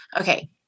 Okay